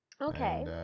okay